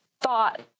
thought